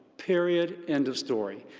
period, end of story.